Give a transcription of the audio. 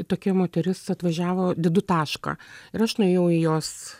tokia moteris atvažiavo dedu tašką ir aš nuėjau į jos